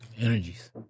Energies